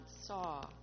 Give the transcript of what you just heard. saw